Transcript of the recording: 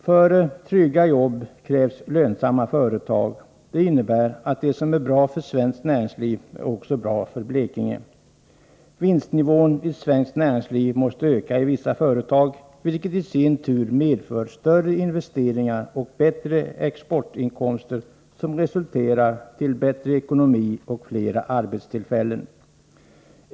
För trygga jobb krävs lönsamma företag. Det innebär att det som är bra för svenskt näringsliv också är bra för Blekinge. Vinstnivån i svenskt näringsliv måste öka i vissa företag, vilket medför större investeringar och bättre exportinkomster, som i sin tur resulterar i bättre ekonomi och fler arbetstillfällen.